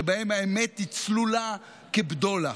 שבהם האמת היא צלולה כבדולח.